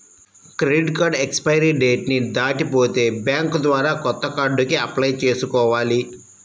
credit card expiry date ని దాటిపోతే bank ద్వారా కొత్త కార్డుకి అప్లై చేసుకోవాలి